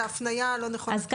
מסרו לנו את ההפניה הלא נכונה.